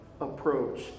approach